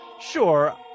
Sure